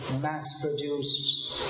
mass-produced